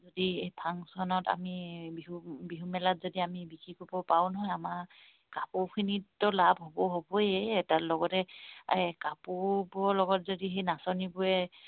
যদি এই ফাংচনত আমি বিহু বিহুমেলাত যদি আমি বিক্ৰী কৰিব পাৰোঁ নহয় আমাৰ কাপোৰখিনিতিটো লাভ হ'ব হ'বয়েই তাৰ লগতে এই কাপোৰবোৰৰ লগত যদি সেই নাচনিবোৰে